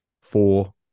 four